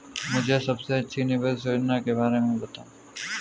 मुझे सबसे अच्छी निवेश योजना के बारे में बताएँ?